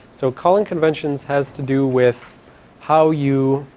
so calling conventions has to do with how you